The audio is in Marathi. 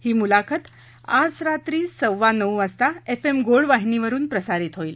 ही मुलाखत आज रात्री सव्वा नऊ वाजता एफ एम गोल्ड वाहिनीवरुन प्रसारित होईल्